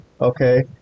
Okay